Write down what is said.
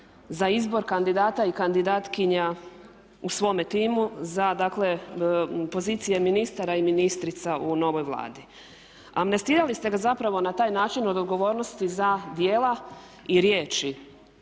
za izbor kandidata i kandidatkinja u svome timu, za dakle pozicije ministara i ministrica u novoj Vladi. Amnestirali ste ga zapravo na taj način od odgovornosti za djela i riječi